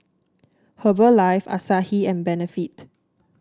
Herbalife Asahi and Benefit